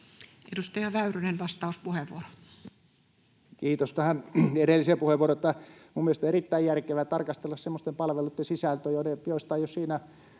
Edustaja Väyrynen, vastauspuheenvuoro. Kiitos. Tähän edelliseen puheenvuoroon, että minun mielestäni on erittäin järkevää tarkastella semmoisten palveluitten sisältöjä, joista ei ole siinä